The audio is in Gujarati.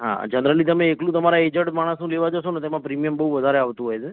હા જનરલી તમે એકલું અજેડ માણસનું લેવા જશોને તો એમાં પ્રમિયમ બહુ વધારે આવતું હોય છે